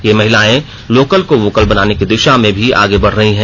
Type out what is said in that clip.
ये महिलाएं लोकल को वोकल बनाने की दिषा में भी आगे बढ़ रहीं हैं